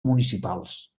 municipals